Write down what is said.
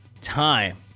time